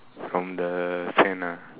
from the sand ah